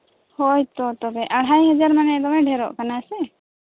ᱦᱳᱭᱛᱳ ᱛᱚᱵᱮ ᱟᱲᱦᱟᱭ ᱦᱟᱡᱟᱨ ᱢᱟᱱᱮ ᱫᱚᱢᱮ ᱰᱷᱮᱨᱚᱜ ᱠᱟᱱᱟ ᱥᱮ